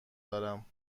دارم